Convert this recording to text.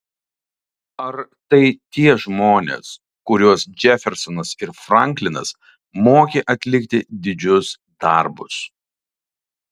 ar tai tie žmonės kuriuos džefersonas ir franklinas mokė atlikti didžius darbus